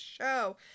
show